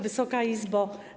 Wysoka Izbo!